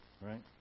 right